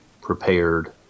prepared